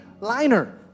liner